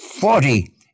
Forty